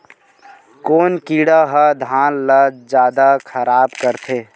कोन कीड़ा ह धान ल जादा खराब करथे?